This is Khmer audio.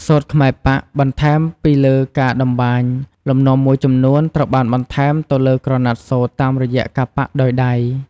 សូត្រខ្មែរប៉ាក់ បន្ថែមពីលើការតម្បាញ លំនាំមួយចំនួនត្រូវបានបន្ថែមទៅលើក្រណាត់សូត្រតាមរយៈ ការប៉ាក់ដោយដៃ។